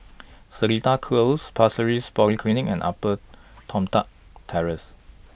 Seletar Close Pasir Ris Polyclinic and Upper Toh Tuck Terrace